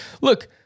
look